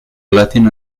latin